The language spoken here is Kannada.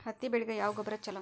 ಹತ್ತಿ ಬೆಳಿಗ ಯಾವ ಗೊಬ್ಬರ ಛಲೋ?